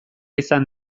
izan